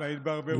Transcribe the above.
בהתברברות.